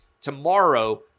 tomorrow